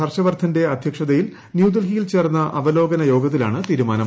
ഹർഷവർദ്ധന്റെ അധ്യക്ഷതയിൽ ന്യൂഡൽഹിയിൽ ചേർന്ന അവലോകന യോഗത്തിലാണ് തീരുമാനം